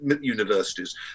universities